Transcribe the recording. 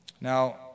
Now